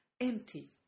empty